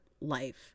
life